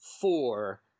four